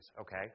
okay